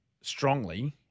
strongly